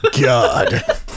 God